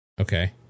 Okay